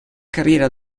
carriera